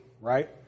right